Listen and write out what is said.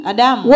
Adam